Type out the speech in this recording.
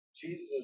Jesus